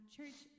church